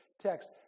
text